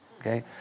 okay